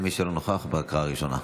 למי שלא נכח בהקראה הראשונה.